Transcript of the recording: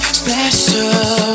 special